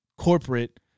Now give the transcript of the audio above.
corporate